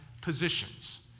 positions